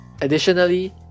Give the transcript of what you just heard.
Additionally